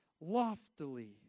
loftily